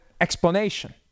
explanation